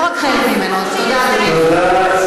תודה, אדוני.